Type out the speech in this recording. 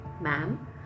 Ma'am